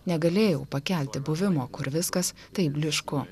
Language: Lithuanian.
negalėjau pakelti buvimo kur viskas taip blyšku